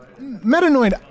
Metanoid